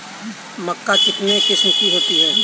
मक्का कितने किस्म की होती है?